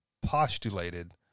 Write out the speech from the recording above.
postulated